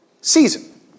season